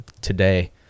today